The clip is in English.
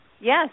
Yes